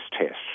tests